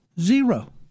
Zero